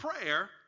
prayer